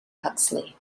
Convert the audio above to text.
huxley